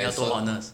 要多 honest